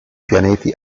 pianeti